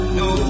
no